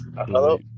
Hello